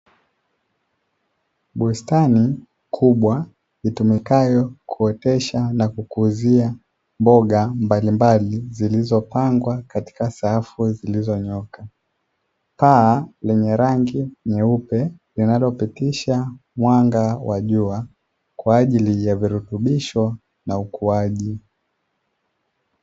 Bustani kubwa itumikayo kuotesha na kukuzia mboga mbalimbali zilizopangwa katika safu zilizonyooka, paa lenye rangi nyeupe linalopitisha mwanga wa jua kwajili ya virutubisho na ukuaji.